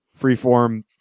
freeform